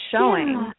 showing